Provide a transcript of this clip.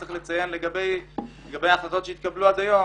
צריך לציין לגבי החלטות שהתקבלו עד היום